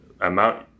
amount